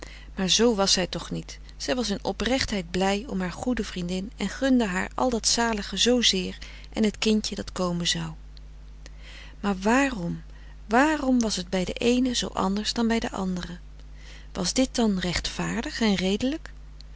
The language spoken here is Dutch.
maar zoo was zij toch niet zij was in oprechtheid blij om haar goede vriendin en gunde haar al dat zalige zoo zeer en het kindje dat komen zou maar waarom waarom was het bij de eene zoo anders dan bij de andere was dit dan rechtvaardig en redelijk